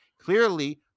clearly